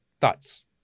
thoughts